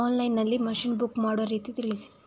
Online ನಲ್ಲಿ machine book ಮಾಡುವ ರೀತಿ ತಿಳಿಸಿ?